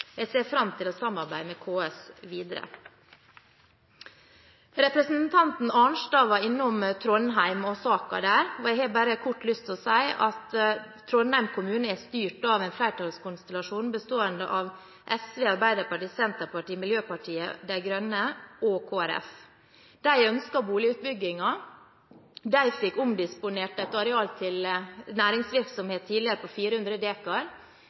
Jeg ser fram til å samarbeide med KS videre. Representanten Arnstad var innom Trondheim og saken der. Jeg har lyst til kort å si at Trondheim kommune er styrt av en flertallskonstellasjon bestående av SV, Arbeiderpartiet, Senterpartiet, Miljøpartiet De Grønne og Kristelig Folkeparti. De ønsker boligutbygging. De fikk omdisponert et areal til næringsvirksomhet tidligere, på 400